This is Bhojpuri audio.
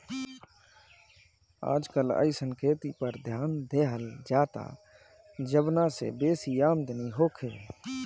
आजकल अइसन खेती पर ध्यान देहल जाता जवना से बेसी आमदनी होखे